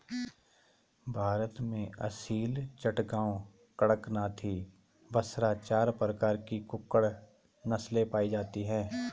भारत में असील, चटगांव, कड़कनाथी, बसरा चार प्रकार की कुक्कुट नस्लें पाई जाती हैं